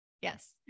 Yes